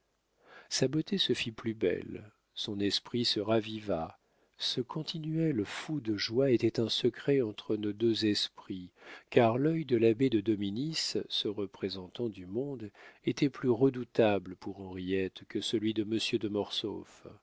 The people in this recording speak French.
sa beauté se fit plus belle son esprit se raviva ce continuel feu de joie était un secret entre nos deux esprits car l'œil de l'abbé de dominis ce représentant du monde était plus redoutable pour henriette que celui de monsieur de